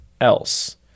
else